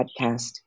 podcast